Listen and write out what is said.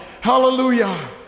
Hallelujah